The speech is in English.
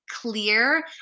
clear